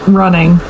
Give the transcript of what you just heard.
running